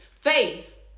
faith